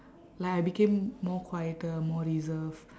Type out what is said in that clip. like I became more quieter more reserve